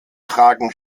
tragen